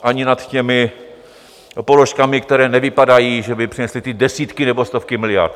ani nad těmi položkami, které nevypadají, že by přinesly ty desítky nebo stovky miliard.